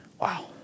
wow